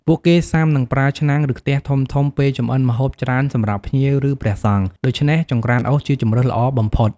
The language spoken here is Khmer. ពួកគេសុាំនឹងប្រើឆ្នាំង ឬ ខ្ទះធំៗពេលចម្អិនម្ហូបច្រើនសម្រាប់ភ្ញៀវ ឬ ព្រះសង្ឃ ដូច្នេះ ចង្រ្កានអុសជាជម្រើសល្អបំផុត។